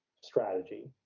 strategy